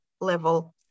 level